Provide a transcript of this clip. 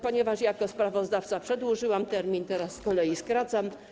Ponieważ jako sprawozdawca przedłużyłam termin, teraz z kolei skracam.